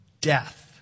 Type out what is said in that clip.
death